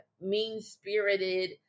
mean-spirited